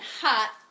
hot